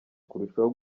kurushaho